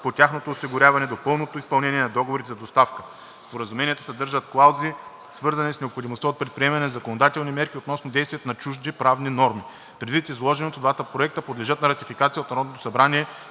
по тяхното осигуряване до пълното изпълнение на договорите за доставка. Споразуменията съдържат клаузи, свързани с необходимостта от предприемане на законодателни мерки относно действието на чужди правни норми. Предвид изложеното двата проекта подлежат на ратификация от Народното събрание